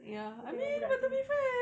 aku tengok budak tu